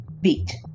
beat